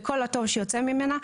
וכל הטוב שיוצא ממנה.